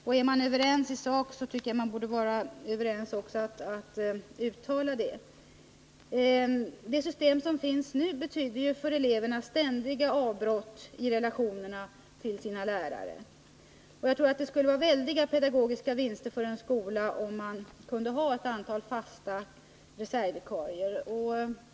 Om utskottet delar vår uppfattning i sak, borde man också ha kunnat göra ett uttalande om det. Det system som tillämpas nu betyder för eleverna ständiga avbrott i relationerna till lärarna. Jag tror att det skulle innebära stora pedagogiska fördelar för en skola, om man kunde ha ett system med fasta reservvikarier.